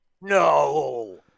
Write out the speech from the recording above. No